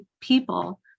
people